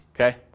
Okay